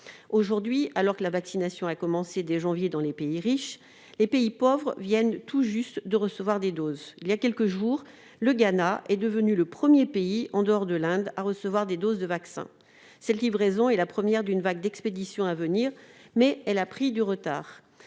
Aujourd'hui, alors que la vaccination a commencé dès janvier dans les pays riches, les pays pauvres viennent tout juste de recevoir des doses. Il y a quelques jours, le Ghana est devenu le premier pays, en dehors de l'Inde, à recevoir des doses de vaccin. Cette livraison est la première d'une vague d'expéditions à venir, mais elle a pris du retard.